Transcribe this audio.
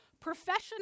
professional